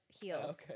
heels